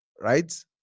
Right